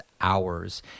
hours